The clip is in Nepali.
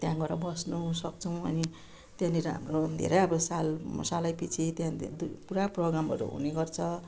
त्यहाँ गएर बस्नुसक्छौँ अनि त्यहाँनिर हाम्रो धेरै अब साल म सालैपिछे त्यहाँ दु पुरा प्रोग्रामहरू हुने गर्छ